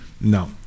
No